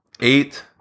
eight